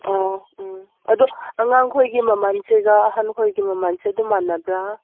ꯑꯣ ꯎꯝ ꯑꯗꯣ ꯑꯉꯥꯡ ꯈꯣꯏꯒꯤ ꯃꯃꯟꯁꯤꯒ ꯑꯍꯟ ꯈꯣꯏꯒꯤ ꯃꯃꯟꯁꯦ ꯑꯗꯨꯝ ꯃꯥꯟꯅꯕ꯭ꯔꯥ